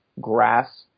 Grass